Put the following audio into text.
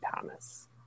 Thomas